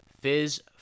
Fizz